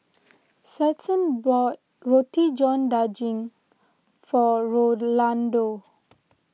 Stetson bought Roti John Daging for Rolando